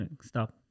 stop